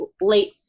late